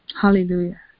Hallelujah